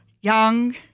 young